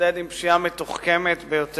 להתמודד עם פשיעה מתוחכמת ביותר.